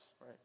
right